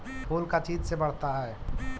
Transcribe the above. फूल का चीज से बढ़ता है?